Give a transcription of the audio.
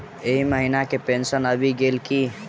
एहि महीना केँ पेंशन आबि गेल की